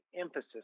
emphasis